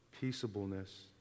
peaceableness